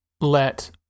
let